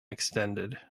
extended